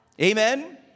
Amen